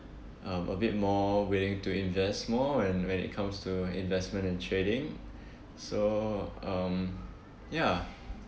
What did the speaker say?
um a bit more willing to invest more when when it comes to investment and trading so um ya